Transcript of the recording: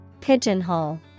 pigeonhole